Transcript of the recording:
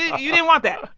you didn't want that,